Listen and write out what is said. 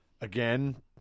again –